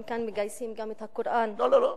גם כאן מגייסים את הקוראן נגדי.